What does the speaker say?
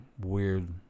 weird